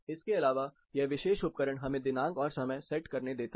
इसके अलावा यह विशेष उपकरण हमें दिनांक और समय सेट करने देता है